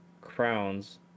crowns